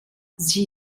sie